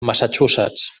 massachusetts